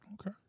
Okay